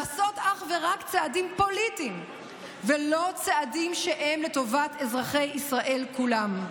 לעשות אך ורק צעדים פוליטיים ולא צעדים שהם לטובת אזרחי ישראל כולם.